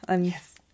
Yes